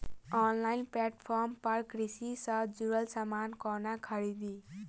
Online platform पर कृषि सँ जुड़ल समान कोना खरीदी?